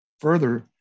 further